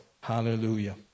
Hallelujah